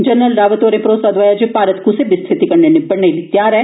general Rawat होरे भरोसा दोआया जे भारत कुसै बी स्थिति कन्नै निबड़ने लेई त्यार ऐ